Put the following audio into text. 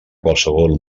qualsevol